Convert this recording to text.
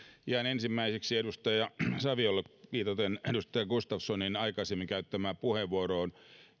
ihan ensimmäiseksi edustaja saviolle viitaten edustaja gustafssonin aikaisemmin käyttämään puheenvuoroon